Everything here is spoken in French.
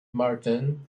martin